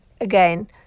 again